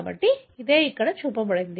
కాబట్టి ఇదే ఇక్కడ చూపబడింది